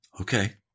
Okay